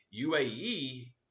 UAE